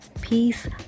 peace